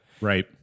Right